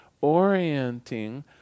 orienting